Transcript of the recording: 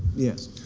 yes.